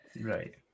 Right